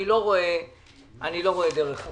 אני לא רואה דרך אחרת.